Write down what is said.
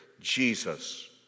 Jesus